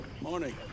Morning